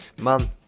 man